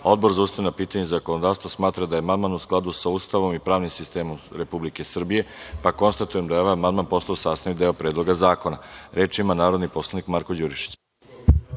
Odbor za ustavna pitanja i zakonodavstvo smatra da je amandman u skladu sa Ustavom i pravnim sistemom Republike Srbije, pa konstatujem da je ovaj amandman postao sastavni deo Predloga zakona. Reč ima narodni poslanik Marko Đurišić.